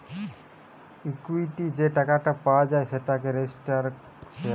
equity যে টাকাটা পাওয়া যায় সেটাই রেজিস্টার্ড শেয়ার